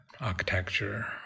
architecture